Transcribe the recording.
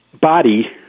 body